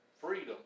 freedom